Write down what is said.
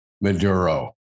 Maduro